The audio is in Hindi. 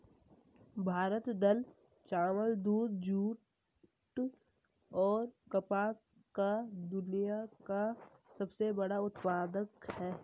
भारत दाल, चावल, दूध, जूट, और कपास का दुनिया का सबसे बड़ा उत्पादक है